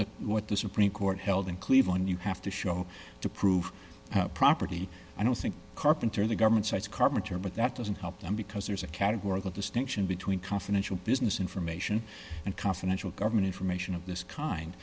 the what the supreme court held in cleveland you have to show to prove property i don't think carpenter the government cites carpenter but that doesn't help them because there's a categorical distinction between confidential business information and confidential government information of this kind